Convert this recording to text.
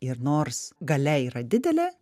ir nors galia yra didelė